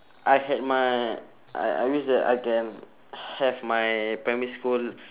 I had my I I wish that I can have my primary school